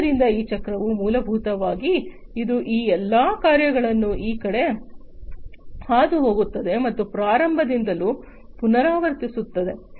ಆದ್ದರಿಂದ ಈ ಚಕ್ರವು ಮೂಲಭೂತವಾಗಿ ಇದು ಈ ಎಲ್ಲಾ ಕಾರ್ಯಗಳನ್ನು ಈ ಕಡೆ ಹಾದುಹೋಗುತ್ತದೆ ಮತ್ತು ಪ್ರಾರಂಭದಿಂದಲೂ ಪುನರಾವರ್ತಿಸುತ್ತದೆ